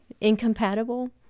incompatible